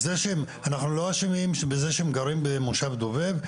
אנחנו לא אשמים בזה שהם גרים במושב דובב.